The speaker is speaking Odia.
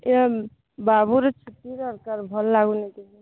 ୟେ ବାବୁର ଛୁଟି ଦରକାର ଭଲ ଲାଗୁନି ଟିକେ